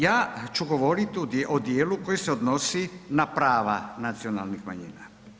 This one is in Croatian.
Ja ću govoriti o dijelu koji se odnosi na prva nacionalnih manjina.